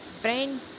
friend